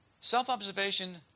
Self-observation